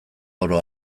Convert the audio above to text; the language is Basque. oro